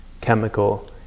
chemical